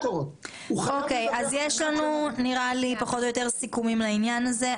נראה לי שיש לנו פחות או יותר סיכומים לעניין הזה.